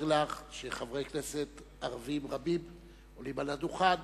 שחברי כנסת ערבים רבים עולים על הדוכן